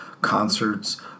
concerts